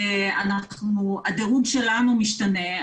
הדירוג שלנו משתנה,